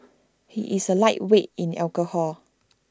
he is A lightweight in alcohol